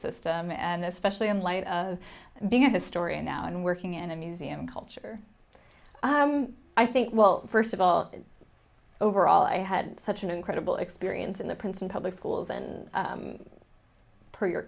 system and especially in light of being a historian now and working in a museum culture i think well first of all overall i had such an incredible experience in the princeton public schools and per your